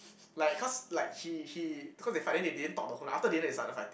like cause like he he cause they fight then they didn't talk the whole night after dinner they started fighting